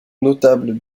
notable